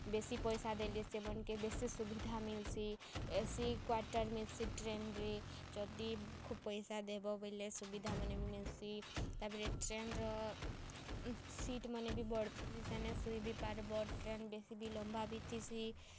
ବେଶୀ ପଇସା ଦେଲେ ସେମାନ୍ଙ୍କେ ବେଶୀ ସୁବିଧା ମିଲ୍ସି ଏସି କ୍ୱାର୍ଟର୍ ମିଲ୍ସି ଟ୍ରେନ୍ରେ ଯଦି ଖୋବ୍ ପଇସା ଦେବ ବେଲେ ସୁବିଧାମାନେ ମିଲ୍ସି ତା'ର୍ପରେ ଟ୍ରେନ୍ର ସିଟ୍ମାନେ ବଡ଼୍ ଥିସି ସେନେ ଶୁଇ ବି ପାର୍ବ ଟ୍ରେନ୍ ବି ବେଶୀ ବି ଲମ୍ୱା ବି ଥିସି